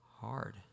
hard